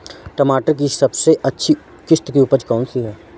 टमाटर की सबसे अच्छी किश्त की उपज कौन सी है?